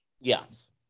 Yes